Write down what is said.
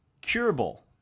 Curable